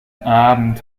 abend